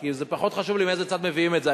כי פחות חשוב לי מאיזה צד מביאים את זה,